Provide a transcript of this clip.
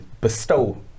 bestow